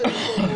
תראו,